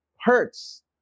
hurts